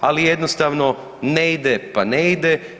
Ali jednostavno ne ide pa ne ide.